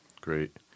Great